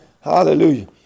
Hallelujah